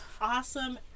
awesome